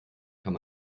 kann